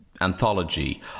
anthology